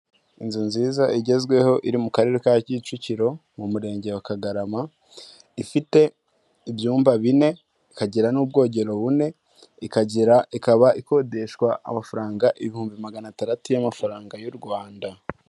Inzu nziza igezweho, iri mu karere ka Kicukiro mu murenge wa Kagarama, ifite ibyumba bine ikagera n'ubwogero bune, ikagira ikaba ikodeshwa amafaranga ibihumbi magana atadatu y'amafaranga y'u Rwanda.